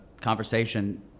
conversation